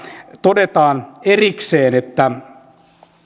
todetaan erikseen että